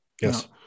Yes